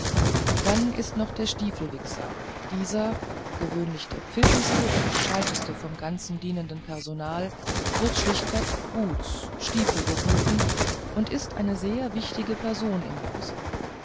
dann ist noch der stiefelwichser dieser gewöhnlich der pfiffigste und gescheiteste vom ganzen dienenden personal wird schlechtweg boots stiefel gerufen und ist eine sehr wichtige person im hause